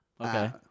Okay